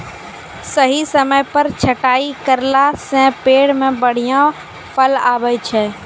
सही समय पर छंटाई करला सॅ पेड़ मॅ बढ़िया फल आबै छै